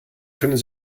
können